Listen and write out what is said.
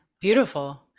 Beautiful